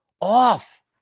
off